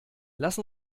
lass